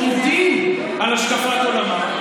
עומדים על השקפת עולמם,